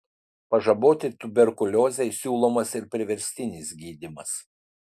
pažaboti tuberkuliozei siūlomas ir priverstinis gydymas